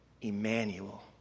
Emmanuel